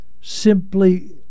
simply